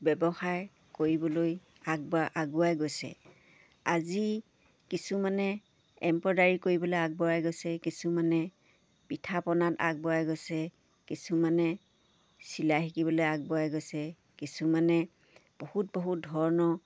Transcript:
ব্যৱসায় কৰিবলৈ আগবাই আগুৱাই গৈছে আজি কিছুমানে এম্ব্ৰইডাৰী কৰিবলৈ আগবঢ়াই গৈছে কিছুমানে পিঠা পনাত আগবঢ়াই গৈছে কিছুমানে চিলাই শিকিবলৈ আগবঢ়াই গৈছে কিছুমানে বহুত বহুত ধৰণৰ